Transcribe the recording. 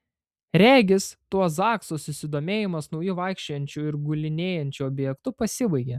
regis tuo zakso susidomėjimas nauju vaikščiojančiu ir gulinėjančiu objektu pasibaigė